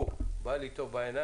הוא בא לי טוב בעיניים,